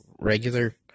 regular